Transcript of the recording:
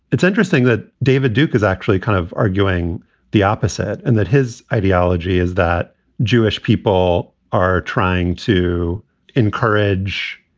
it's interesting that david duke is actually kind of arguing the opposite and that his ideology is that jewish people are trying to encourage,